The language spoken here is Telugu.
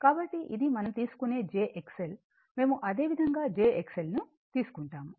కాబట్టి ఇది మనం తీసుకునే jXL మేము అదేవిధంగా jXL ను తీసుకుంటాము